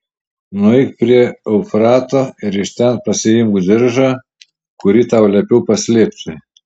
nueik prie eufrato ir iš ten pasiimk diržą kurį tau liepiau paslėpti